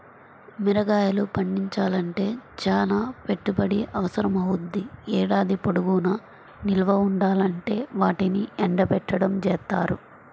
మిరగాయలు పండించాలంటే చానా పెట్టుబడి అవసరమవ్వుద్ది, ఏడాది పొడుగునా నిల్వ ఉండాలంటే వాటిని ఎండబెట్టడం జేత్తారు